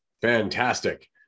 Fantastic